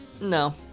no